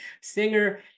Singer